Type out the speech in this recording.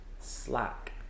Slack